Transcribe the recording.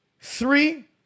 three